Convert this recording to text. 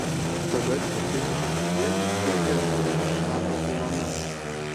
tada čiumpi žibintuvėlį ir ieškai sako ilona